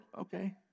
okay